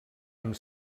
amb